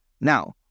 Now